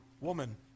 woman